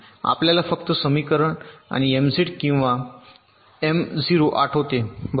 आपल्याला फक्त समीकरण आणि एमझेड किंवा M0 आठवते बरोबर